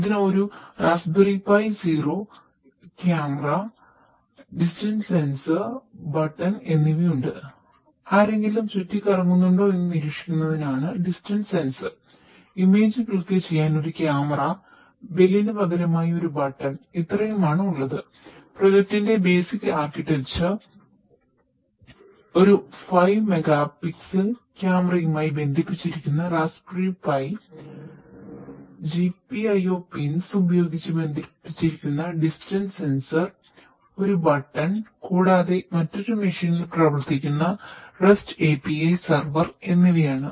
ഇതിന് ഒരു raspberry pi zero ഒരു 5 മെഗാപിക്സൽ ഉപയോഗിച്ച് ബന്ധിപ്പിച്ചിരിക്കുന്ന ഡിസ്റ്റൻസ് സെൻസർ എന്നിവയാണ്